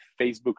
Facebook